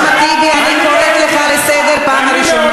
אחמד טיבי, אני קוראת אותך לסדר פעם ראשונה.